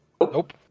Nope